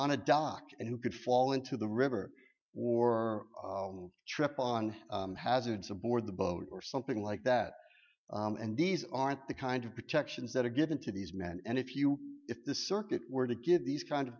on a dock and who could fall into the river or trip on hazards aboard the boat or something like that and these aren't the kind of protections that are given to these men and if you if the circuit were to give these kind of